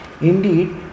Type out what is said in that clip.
indeed